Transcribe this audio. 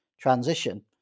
transition